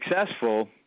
successful